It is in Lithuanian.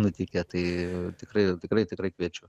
nutikę tai tikrai tikrai tikrai kviečiu